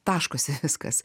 taškosi viskas